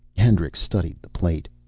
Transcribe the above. hendricks studied the plate.